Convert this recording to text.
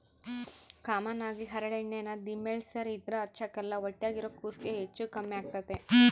common ಆಗಿ ಹರಳೆಣ್ಣೆನ ದಿಮೆಂಳ್ಸೇರ್ ಇದ್ರ ಹಚ್ಚಕ್ಕಲ್ಲ ಹೊಟ್ಯಾಗಿರೋ ಕೂಸ್ಗೆ ಹೆಚ್ಚು ಕಮ್ಮೆಗ್ತತೆ